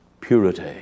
purity